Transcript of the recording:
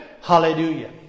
Hallelujah